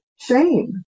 shame